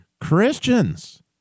Christians